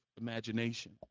imagination